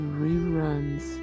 reruns